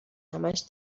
همش